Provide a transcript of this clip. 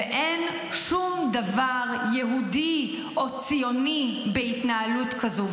אין שום דבר יהודי או ציוני בהתנהלות כזו.